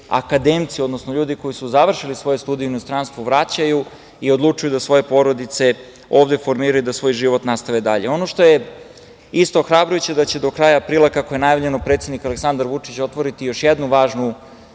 akademci, odnosno ljudi koji su završili svoje studije u inostranstvu, vraćaju i odlučuju da svoje porodice ovde formiraju, da svoj život nastave dalje. Ono što je isto ohrabrujuće, da će do kraja aprila, kako je najavljeno, predsednik Aleksandar Vučić, otvoriti još jednu važnu